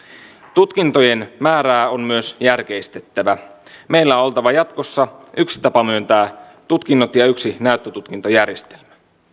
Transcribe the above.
tutkintojen määrää on myös järkeistettävä meillä on oltava jatkossa yksi tapa myöntää tutkinnot ja yksi näyttötutkintojärjestelmä